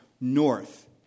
north